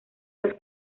los